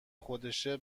خودشه